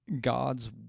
God's